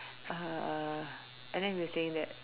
uh and then he was saying that